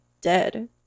dead